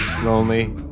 lonely